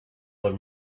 por